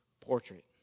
portrait